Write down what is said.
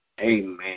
Amen